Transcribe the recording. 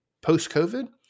post-COVID